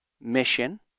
mission